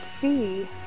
see